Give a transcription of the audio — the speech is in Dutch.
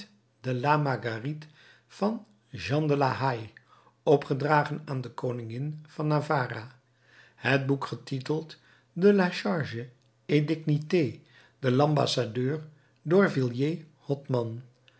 de la marguerite van jean de la haye opgedragen aan de koningin van navarra het boek getiteld de la charge et dignité de l'ambassadeur door